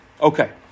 okay